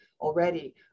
already